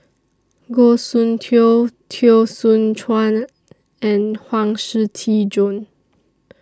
Goh Soon Tioe Teo Soon Chuan and Huang Shiqi Joan